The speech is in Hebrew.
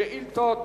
שאילתות